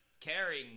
caring